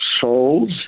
soul's